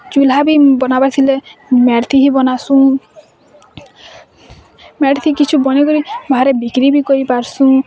ଚୁଲ୍ହା ବି ବନାବାର୍ ଥିଲେ ମ୍ୟାଟ୍ ଥି ହି ବନାସୁଁ ମ୍ୟାଟ୍ ଥି କିଛୁ ବନେଇକରି ବାହାରେ ବିକ୍ରି ବି କରିପାରସୁଁ